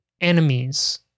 enemies